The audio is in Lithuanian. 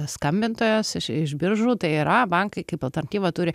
skambintojos iš iš biržų tai yra bankai kaip alternatyvą turi